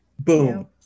Boom